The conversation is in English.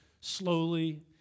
slowly